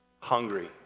Hungry